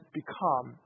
become